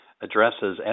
addresses